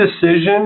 decision